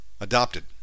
adopted